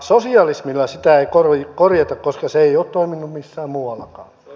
sosialismilla sitä ei korjata koska se ei ole toiminut missään muuallakaan